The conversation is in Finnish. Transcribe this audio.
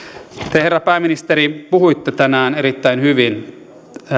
te herra pääministeri puhuitte tänään erittäin hyvin